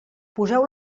poseu